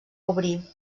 obrir